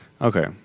Okay